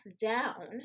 down